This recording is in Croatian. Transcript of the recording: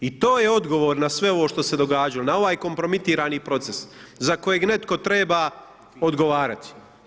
I to je odgovor na sve ovo što se događalo, na ovaj kompromitirani proces za kojeg netko treba odgovarati.